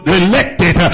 elected